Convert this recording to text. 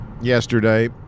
yesterday